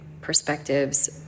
perspectives